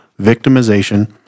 victimization